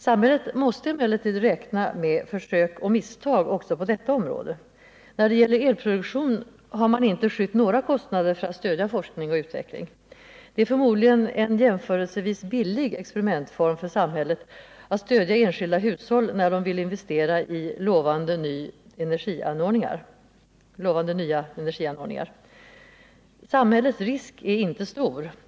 Samhället måste emellertid räkna med försök och misstag också på detta område. När det gäller elproduktion har man inte skytt några kostnader för att stödja forskning och utveckling. Det är förmodligen en förhållandevis billig experimentform för samhället att stödja enskilda hushåll som vill investera i en lovande ny energianordning. Samhällets risk är inte stor.